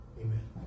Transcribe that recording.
Amen